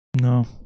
No